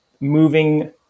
moving